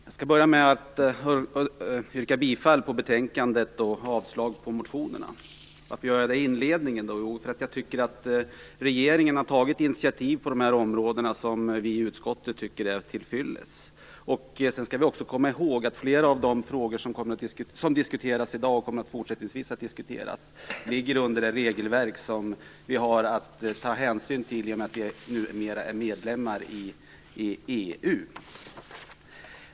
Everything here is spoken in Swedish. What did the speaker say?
Fru talman! Jag skall börja med att yrka bifall till hemställan i betänkandet och avslag på motionerna. Varför gör jag det i inledningen av mitt anförande då? Jo, jag tycker att regeringen på dessa områden har tagit initiativ som vi i utskottet anser vara till fyllest. Sedan skall vi också komma ihåg att flera av de frågor som diskuteras i dag och som kommer att fortsättningsvis diskuteras är underställda det regelverk som vi har att ta hänsyn till i och med att vi numera är medlemmar i EU.